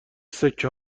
سکه